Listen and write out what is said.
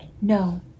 No